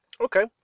okay